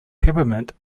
peppermint